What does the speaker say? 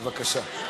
בבקשה.